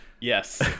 Yes